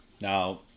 Now